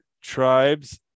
tribes